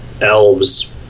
elves